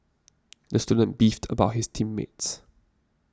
the student beefed about his team mates